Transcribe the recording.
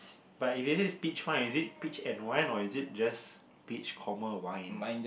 but if it is peach wine is it peach and wine or is it just peach comma wine